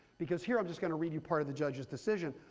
because here i'm just going to read you part of the judge's decision,